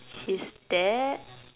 his dad